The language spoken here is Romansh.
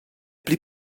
pli